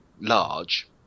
large